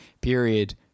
period